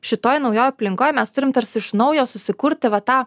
šitoj naujoj aplinkoj mes turim tarsi iš naujo susikurt va tą